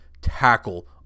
tackle